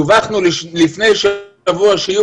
דווח לפני שבוע שיהיו